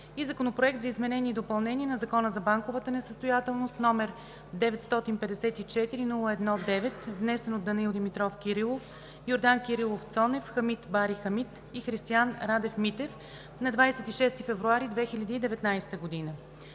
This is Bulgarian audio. Законопроект за изменение и допълнение на Закона за банковата несъстоятелност, № 954-01-9, внесен от Данаил Димитров Кирилов, Йордан Кирилов Цонев, Хамид Бари Хамид и Христиан Радев Митев на 26 февруари 2019 г.“